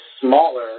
smaller